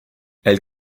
elle